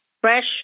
Fresh